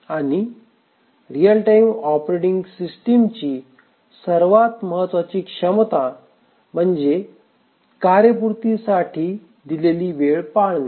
आणि real time operating सिस्टिमची सर्वात महत्त्वाची क्षमता म्हणजे कार्यपूर्ती साठी दिलेली वेळ पाळणे